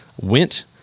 went